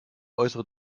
äußere